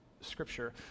scripture